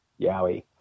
yowie